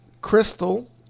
Crystal